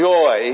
Joy